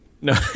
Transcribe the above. No